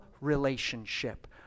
relationship